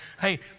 hey